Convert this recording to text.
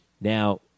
Now